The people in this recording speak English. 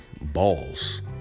balls